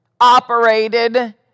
operated